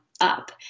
up